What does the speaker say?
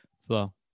flow